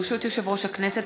ברשות יושב-ראש הכנסת,